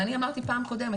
אני אמרתי פעם קודמת,